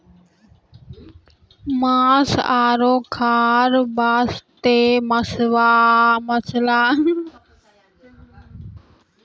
मांस आरो खाल वास्तॅ मगरमच्छ के पालन भी करलो जाय छै